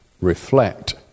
reflect